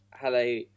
Hello